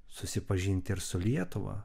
susipažinti ir su lietuva